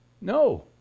No